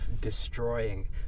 destroying